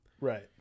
Right